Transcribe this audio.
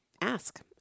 ask